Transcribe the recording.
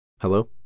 Hello